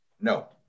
no